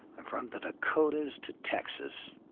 and from the dakotas to texas.